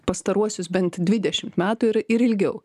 pastaruosius bent dvidešimt metų ir ir ilgiau